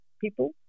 people